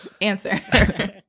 answer